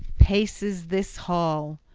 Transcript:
paces this hall,